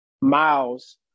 miles